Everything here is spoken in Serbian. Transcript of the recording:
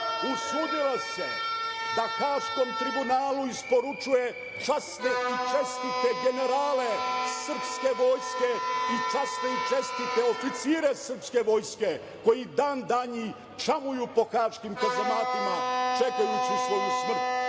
Usudila se da Haškom tribunalu isporučuje časne i čestite generale srpske vojske i časne i čestite oficire srpske vojske, koji dan danji čamuju po haškim kazamatima, čekajući svoju smrt.